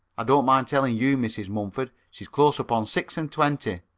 i don't mind telling you, mrs. mumford, she's close upon six-and-twenty,